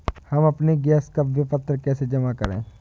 हम अपने गैस का विपत्र कैसे जमा करें?